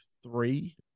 three